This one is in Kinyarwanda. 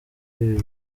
ibi